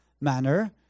manner